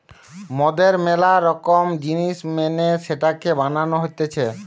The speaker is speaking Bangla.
মদের ম্যালা রকম জিনিস মেনে সেটাকে বানানো হতিছে